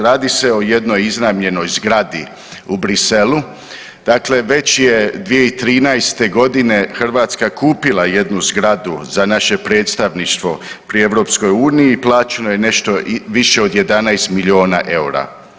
Radi se o jednoj iznajmljenoj zgradi u Bruxellesu, dakle već je 2013.g. Hrvatska kupila jednu zgradu za naše predstavništvo pri EU i plaćalo je nešto više od 11 milijuna eura.